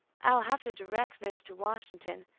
i will have to direct this to washington,